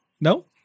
No